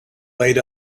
laid